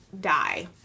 die